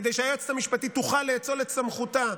כדי שהיועצת המשפטית תוכל לאצול את סמכותה,